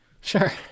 Sure